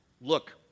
look